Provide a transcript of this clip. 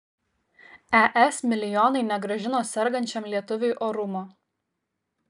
es milijonai negrąžino sergančiam lietuviui orumo